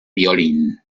violín